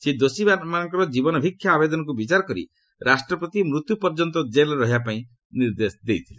ସେହି ଦୋଷୀମାନଙ୍କର ଜୀବନଭିକ୍ଷା ଆବେଦନକୁ ବିଚାର କରି ରାଷ୍ଟ୍ରପତି ମୃତ୍ୟୁ ପର୍ଯ୍ୟନ୍ତ ଜେଲ୍ରେ ରହିବା ପାଇଁ ନିର୍ଦ୍ଦେଶ ଦେଇଥିଲେ